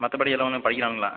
மற்றபடி எதோ ஒன்று படிக்கிறானுங்களா